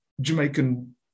Jamaican